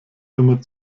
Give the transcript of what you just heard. immer